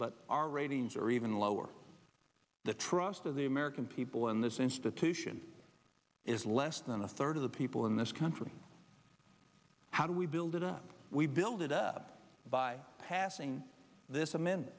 but our ratings are even lower the trust of the american people in this institution is less than a third of the people in this country how do we build it up we build it up by passing this